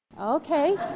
Okay